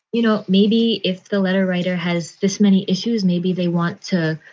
you know, maybe if the letter writer has this many issues, maybe they want to,